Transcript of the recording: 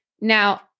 Now